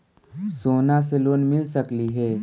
सोना से लोन मिल सकली हे?